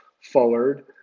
forward